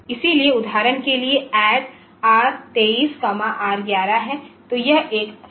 इसलिए उदाहरण के लिए यह add R23 R11 है